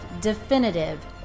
definitive